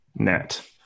net